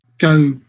go